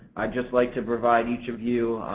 i just like to provide each of you